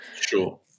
sure